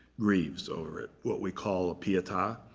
grieves over it, what we call a pieta.